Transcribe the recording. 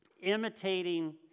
imitating